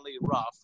rough